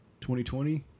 2020